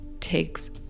takes